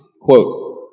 Quote